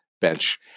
bench